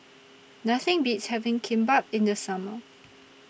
Nothing Beats having Kimbap in The Summer